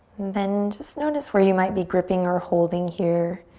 then just notice where you might be gripping or holding here.